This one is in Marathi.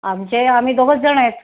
आमचे आम्ही दोघंच जण आहेत